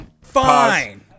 fine